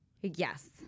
Yes